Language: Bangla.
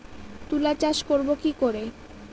তুলা চাষ করব কি করে?